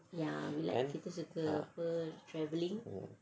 ah